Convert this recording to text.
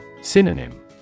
Synonym